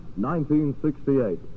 1968